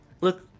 look